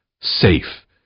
Safe